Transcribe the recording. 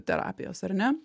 terapijos ar ne